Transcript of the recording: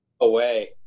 Away